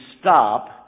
stop